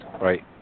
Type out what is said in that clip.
Right